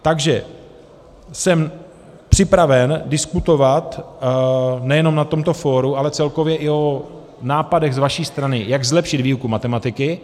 Takže jsem připraven diskutovat nejenom na tomto fóru, ale celkově i o nápadech z vaší strany, jak zlepšit výuku matematiky.